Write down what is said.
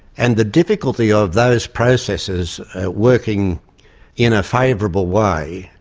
and the difficulty of those processes working in a favourable way,